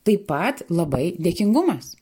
taip pat labai dėkingumas